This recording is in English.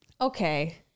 Okay